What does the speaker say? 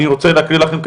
אני רוצה להקריא לכם,